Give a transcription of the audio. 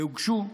והוגשו,